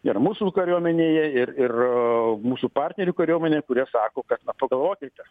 ir mūsų kariuomenėje ir ir mūsų partnerių kariuomenėj kurie sako kad pagalvokite